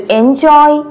enjoy